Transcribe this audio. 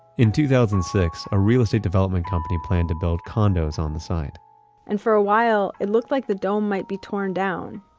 in two thousand and six, a real estate development company planned to build condos on the side and for a while it looked like the dome might be torn down.